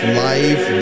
life